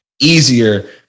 easier